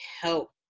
help